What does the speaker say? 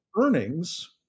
earnings